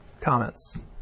Comments